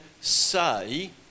say